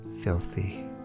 filthy